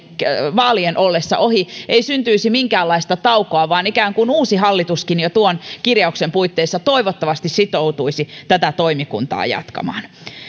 vaalien ollessa ohi ei syntyisi minkäänlaista taukoa vaan ikään kuin uusi hallituskin jo tuon kirjauksen puitteissa toivottavasti sitoutuisi tätä toimikuntaa jatkamaan